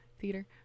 theater